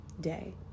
day